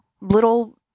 little